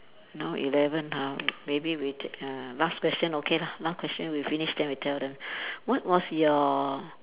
now eleven ha maybe we take uh last question okay lah last question we finish then we tell them what was your